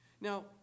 Now